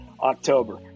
October